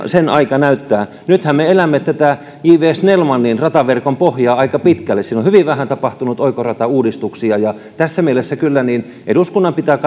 sen aika näyttää nythän me elämme tätä j viiden snellmannin rataverkon pohjaa aika pitkälle siinä on hyvin vähän tapahtunut oikoratauudistuksia ja tässä mielessä kyllä eduskunnan pitää